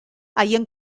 haien